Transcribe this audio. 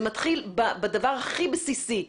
זה מתחיל בדבר הכי בסיסי,